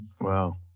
Wow